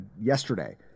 yesterday